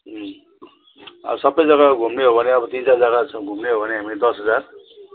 सबै जगा घुम्ने हो भने अब तिन चार जगा घुम्ने हो भने हामी दस हजार